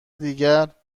دیگر